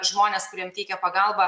žmones kuriem teikia pagalbą